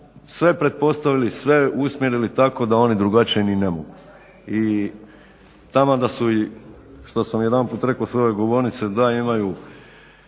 sve pretpostavili, sve usmjerili tako da oni drugačije ni ne mogu. I taman da su i što sam jedanput rekao s ove govornice da imaju